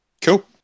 cool